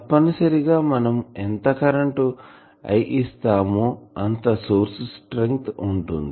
తప్పనిసరిగా మనం ఎంత కరెంటు I ఇస్తామో అంత సోర్స్ స్ట్రెంగ్త్ ఉంటుంది